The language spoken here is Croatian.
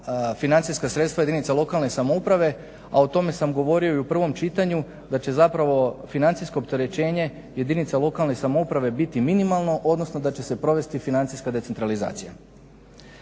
financijska sredstva jedinica lokalne samouprave a o tome sam govorio i u prvom čitanju da će zapravo financijsko opterećenje jedinica lokalne samouprave biti minimalno odnosno da će se provesti financijska decentralizacija.